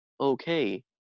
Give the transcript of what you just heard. okay